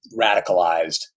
radicalized